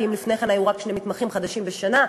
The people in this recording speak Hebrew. כי אם לפני כן היו רק שני מתמחים חדשים בשנה,